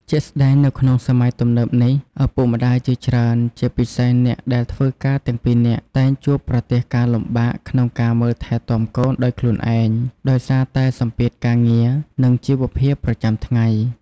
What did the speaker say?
ជាក់ស្ដែង នៅក្នុងសម័យទំនើបនេះ ឪពុកម្ដាយជាច្រើន ជាពិសេសអ្នកដែលធ្វើការទាំងពីរនាក់ តែងជួបប្រទះការលំបាកក្នុងការមើលថែទាំកូនដោយខ្លួនឯង ដោយសារតែសម្ពាធការងារ និងជីវភាពប្រចាំថ្ងៃ។